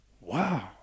wow